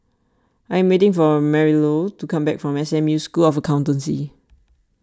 I am waiting for Marilou to come back from S M U School of Accountancy